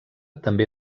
també